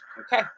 Okay